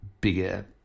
bigger